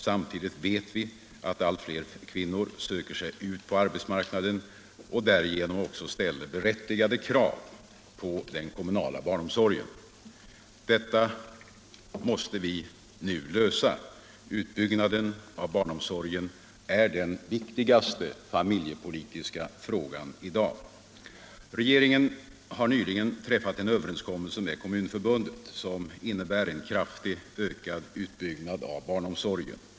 Samtidigt vet vi att allt fler kvinnor söker sig ut på arbetsmarknaden och därigenom också ställer berättigade krav på den kommunala barnomsorgen. Detta måste vi nu lösa. Utbyggnaden av barnomsorgen är den viktigaste familjepolitiska frågan i dag. Regeringen har nyligen träffat en överenskommelse med Kommunförbundet som innebär en kraftigt ökad utbyggnad av barnomsorgen.